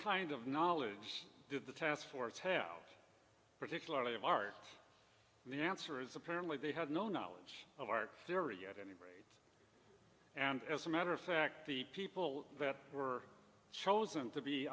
kind of knowledge did the task force have particularly of art and the answer is apparently they had no knowledge of art theory yet anyway and as a matter of fact the people that were chosen to be